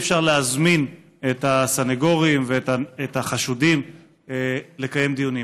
אי-אפשר להזמין את הסנגורים ואת החשודים לקיים דיונים.